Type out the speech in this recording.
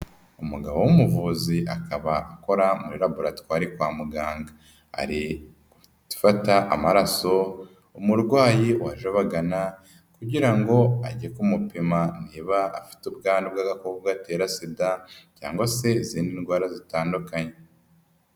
Umugabo w'umuvuzi akaba akora muri laboratwari kwa muganga, ari gufata amaraso umurwayi waje abagana kugira ngo ajye kumupima niba afite ubwandu bw'agakoko gatera sida cyangwa se izindi ndwara zitandukanye.